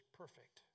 perfect